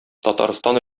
татарстан